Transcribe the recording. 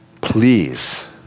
please